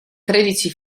tredici